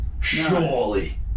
Surely